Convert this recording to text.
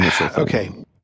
okay